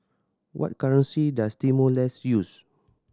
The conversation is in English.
what currency does Timor Leste use